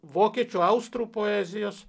vokiečių austrų poezijos